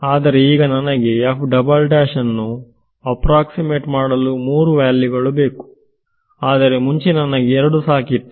ಆದರೆ ಈಗ ನನಗೆ ಅನ್ನು ಎಪ್ರಾಕ್ಸಿಮೆಟ್ ಮಾಡಲು ಮೂರು ವ್ಯಾಲ್ಯೂ ಗಳು ಬೇಕು ಆದರೆ ಮುಂಚೆ ನನಗೆ ಎರಡು ಸಾಕಿತ್ತು